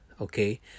okay